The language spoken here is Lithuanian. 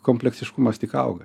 kompleksiškumas tik auga